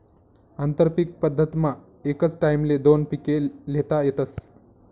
आंतरपीक पद्धतमा एकच टाईमले दोन पिके ल्हेता येतस